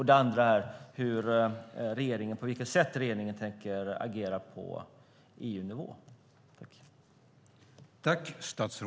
Det andra är på vilket sätt regeringen tänker agera på EU-nivå.